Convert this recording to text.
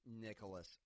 Nicholas